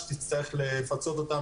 שתצטרך לפצות אותם